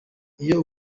iyo